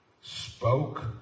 spoke